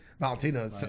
Valentina